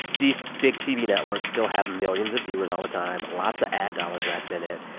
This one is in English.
these big tv networks still have millions of viewers all the time, lots of ad dollars wrapped in it.